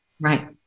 Right